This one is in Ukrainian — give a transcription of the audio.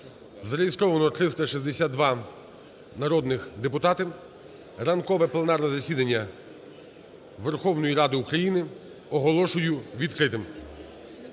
Зареєстровано 362 народні депутати. Ранкове пленарне засідання Верховної Ради України оголошую відкритим.